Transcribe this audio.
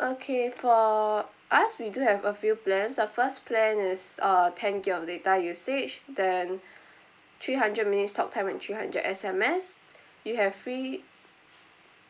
okay for us we do have a few plans the first plan is uh ten gig of data usage then three hundred minutes talk time and three hundred S_M_S you have free